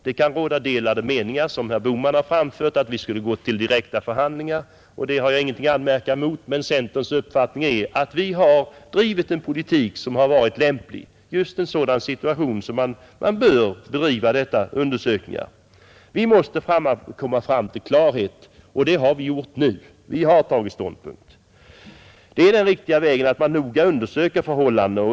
Det kan råda delade meningar — herr Bohman har t.ex. framfört tanken att vi skulle gå till direkta förhandlingar — och det har jag ingenting att anmärka mot, men centerns uppfattning är att vi har drivit en politik som har varit lämplig. Situationen är just sådan att man bör bedriva undersökningar på detta sätt. Vi måste alltså komma fram till klarhet, och det har vi gjort nu. Vi har tagit ståndpunkt. Det är den riktiga vägen att man noga undersöker förhållandena.